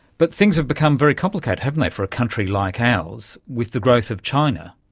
but things have become very complicated, haven't they, for a country like ours with the growth of china.